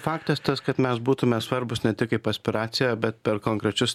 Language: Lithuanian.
faktas tas kad mes būtume svarbūs ne tik kaip aspiracija bet per konkrečius